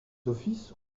offices